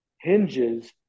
hinges